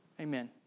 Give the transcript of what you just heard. Amen